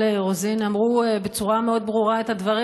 רוזין אמרו בצורה מאוד ברורה את הדברים,